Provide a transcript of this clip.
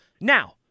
Now –